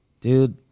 Dude